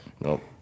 Nope